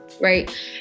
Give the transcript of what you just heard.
right